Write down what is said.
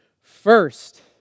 First